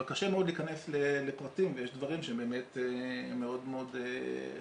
אבל קשה מאוד להיכנס לפרטים ויש דברים שבאמת מאוד מאוד חופפים.